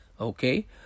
Okay